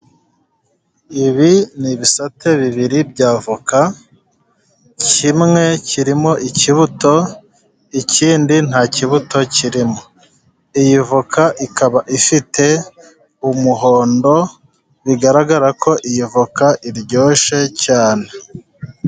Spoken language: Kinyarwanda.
Ibi ni ibisate bibiri by' avoka, kimwe kirimo ikibuto, ikindi nta kibuto kirimo. Iyi voka ikaba ifite umuhondo. Bigaragara ko iyi voka iryoshye cyane.